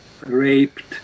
raped